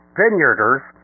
vineyarders